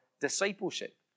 discipleship